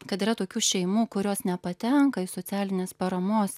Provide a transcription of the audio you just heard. kad yra tokių šeimų kurios nepatenka į socialinės paramos